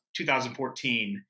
2014